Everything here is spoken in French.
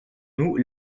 nous